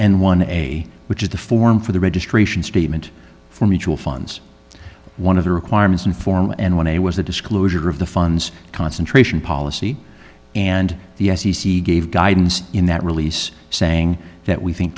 and one a which is the form for the registration statement for mutual funds one of the requirements informal and one a was the disclosure of the funds concentration policy and the f c c gave guidance in that release saying that we think